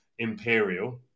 imperial